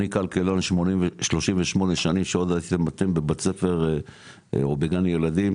אני כלכלן 38 שנים שעוד הייתם בבית ספר או בגן ילדים,